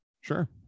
sure